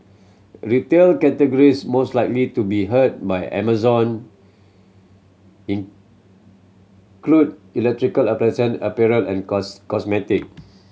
retail categories most likely to be hurt by Amazon include electrical appliance apparel and cos cosmetics